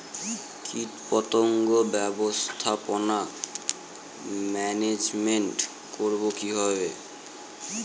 কীটপতঙ্গ ব্যবস্থাপনা ম্যানেজমেন্ট করব কিভাবে?